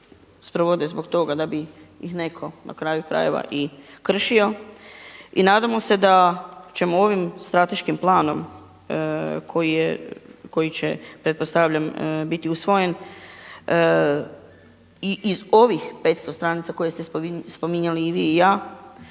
sprovode zbog toga da bi ih netko na kraju krajeva i kršio i nadamo se da ćemo ovim strateškim planom koji će pretpostavljam biti usvojen i iz ovih 500 stranica koje ste spominjali i vi i ja